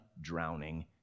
drowning